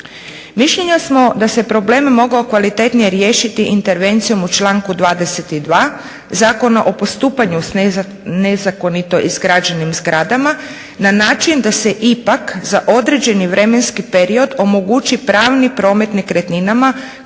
Mišljenja smo da se problem mogao kvalitetnije riješiti intervencijom u članku 22. Zakona o postupanju s nezakonito izgrađenim zgradama na način da se ipak za određeni vremenski period omogući pravni promet nekretninama koje nemaju tzv.